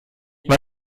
was